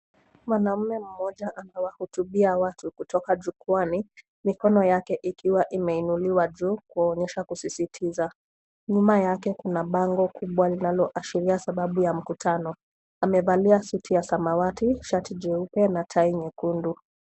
Mwanamume mmoja anawahutubia watu kutoka jukwaani, mikono yake ikiwa imeinuliwa juu kuonyesha kusisitiza. Nyuma kuna bango kubwa linaloashiria sababu ya mkutano. Amevalia suti ya samawati, shati jeupe, na tai nyekundu.